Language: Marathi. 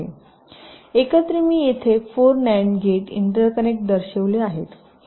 एकत्र मी येथे 4 नॅन्ड गेट इंटरकनेक्ट दर्शविले आहेत